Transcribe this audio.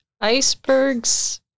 icebergs